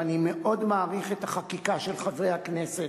ואני מאוד מעריך את החקיקה של חברי הכנסת,